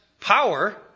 power